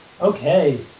Okay